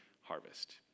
harvest